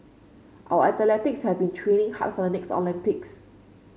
our athletes have been training hard for the next Olympics